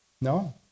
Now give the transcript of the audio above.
no